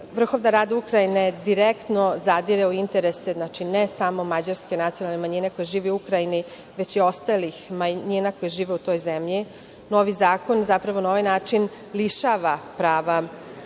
Vrhovna Rada Ukrajine direktno zadire u interese, znači ne samo mađarske nacionalne manjine koja živi u Ukrajini, već i ostalih manjina koje žive u toj zemlji. Novi zakon, zapravo na ovaj način lišava prava